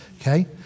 Okay